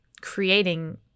creating